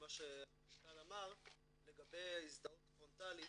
למה שאמר המנכ"ל לגבי הזדהות פרונטלית.